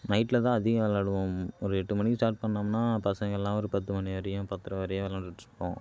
நைட்லதான் அதிகம் விளாடுவோம் ஒரு எட்டு மணிக்கு ஸ்டார்ட் பண்ணோம்னா பசங்களெல்லாம் ஒரு பத்து மணி வரையும் பத்தரை வரையும் விளாண்டுட்டுருப்போம்